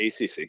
ACC